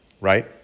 right